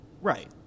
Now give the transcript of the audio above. Right